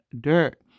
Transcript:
dirt